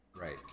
Right